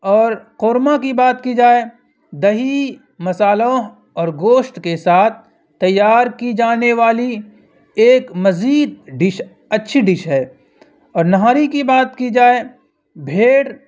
اور قورمہ کی بات کی جائے دہی مسالحوں اور گوشت کے ساتھ تیار کی جانے والی ایک مزید ڈش اچھی ڈش ہے اور نہاری کی بات کی جائے بھیڑ